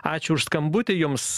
ačiū už skambutį jums